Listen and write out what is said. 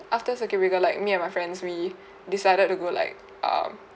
after circuit breaker like me and my friends we decided to go like um